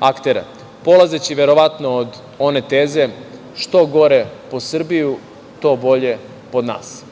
aktera, polazeći verovatno od one teze - što gore po Srbiju, to bolje po nas.